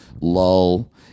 lull